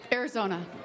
Arizona